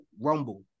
Rumble